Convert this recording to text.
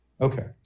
okay